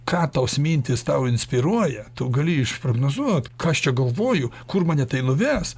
ką tos mintys tau inspiruoja tu gali išprognozuot kas čia galvoju kur mane tai nuves